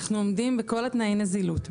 אנחנו עומדים בכל תנאי הנזילות,